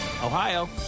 Ohio